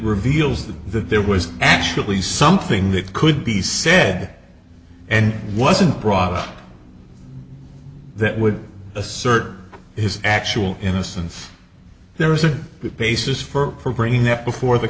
reveals that there was actually something that could be said and wasn't brought up that would assert his actual innocence there is a basis for bringing that before the